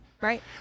Right